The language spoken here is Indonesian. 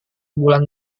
bulan